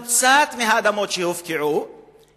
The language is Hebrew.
יחזיר לנו קצת מהאדמות שהופקעו,